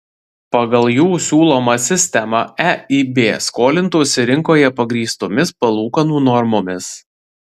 pagal jų siūlomą sistemą eib skolintųsi rinkoje pagrįstomis palūkanų normomis